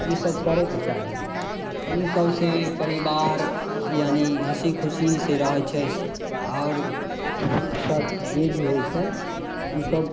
ई सब करैके चाही ई सबसे परिवार यानि हँसी खुशी से रहै छै आओर ई सब जे भी होइ छै ओ सब